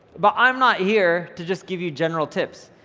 but i'm not here to just give you general tips.